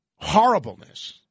horribleness